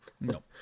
No